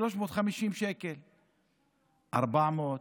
350 שקל 400,